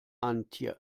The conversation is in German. antje